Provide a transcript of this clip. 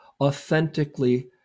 authentically